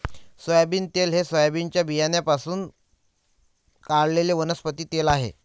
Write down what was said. soybean तेल हे सोयाबीनच्या बियाण्यांपासून काढलेले वनस्पती तेल आहे